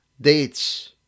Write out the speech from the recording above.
dates